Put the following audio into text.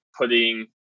putting